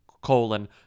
colon